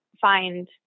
find